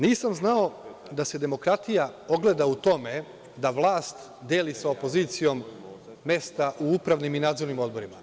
Nisam znao da se demokratija ogleda u tome da vlast deli sa opozicijom mesta u upravnim i nadzornim odborima.